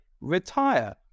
Retire